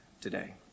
today